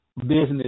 business